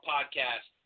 Podcast